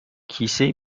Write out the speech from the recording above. کیسه